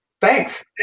thanks